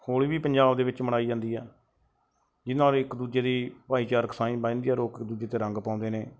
ਹੋਲੀ ਵੀ ਪੰਜਾਬ ਦੇ ਵਿੱਚ ਮਨਾਈ ਜਾਂਦੀ ਆ ਜਿਹਨਾਂ ਨੇ ਇੱਕ ਦੂਜੇ ਦੀ ਭਾਈਚਾਰਕ ਸਾਂਝ ਬਹਿੰਦੀ ਹੈ ਲੋਕ ਇੱਕ ਦੂਜੇ 'ਤੇ ਰੰਗ ਪਾਉਂਦੇ ਨੇ